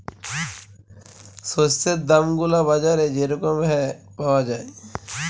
শস্যের দাম গুলা বাজারে যে রকম হ্যয় পাউয়া যায়